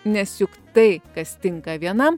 nes juk tai kas tinka vienam